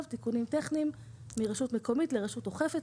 הם תיקונים טכניים מ-"רשות מקומית ל-"רשות אוכפת",